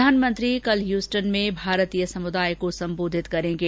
प्रधानमंत्री कल द्यूस्टन में भारतीय समुदाय को सम्बोधित करेंगे